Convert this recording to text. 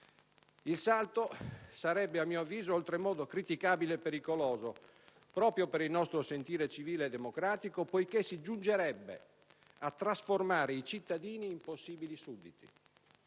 Il salto sarebbe a mio avviso oltremodo criticabile e pericoloso proprio per il nostro sentire civile e democratico poiché si giungerebbe a trasformare i cittadini in possibili sudditi.